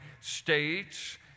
states